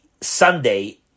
Sunday